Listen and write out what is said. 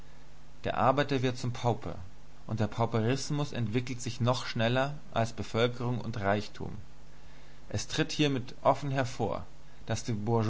der arbeiter wird zum pauper und der pauperismus entwickelt sich noch schneller als bevölkerung und reichtum es tritt hiermit offen hervor daß die